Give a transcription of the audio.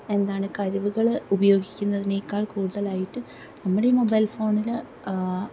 എന്താണ് കഴിവുകൾ ഉപയോഗിക്കുന്നതിനേക്കാൾ കൂട്തലായിട്ട് നമ്മുടെ മൊബൈൽ ഫോണിൽ